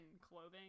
clothing